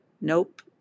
Nope